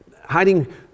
Hiding